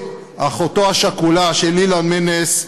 אחותו השכולה של אילן מנס,